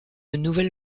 nouvelle